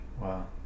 Wow